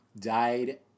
died